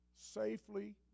Safely